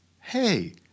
hey